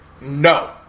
No